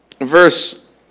verse